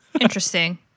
Interesting